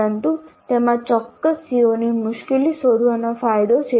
પરંતુ તેમાં ચોક્કસ CO ની મુશ્કેલી શોધવાનો ફાયદો છે